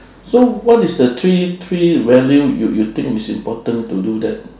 so what is the three three value you you think is important to do that